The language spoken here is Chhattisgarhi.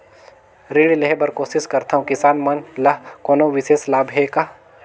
ऋण लेहे बर कोशिश करथवं, किसान मन ल कोनो विशेष लाभ हे का?